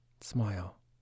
Smile